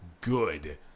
good